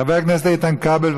חבר הכנסת איתן כבל,